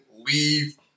leave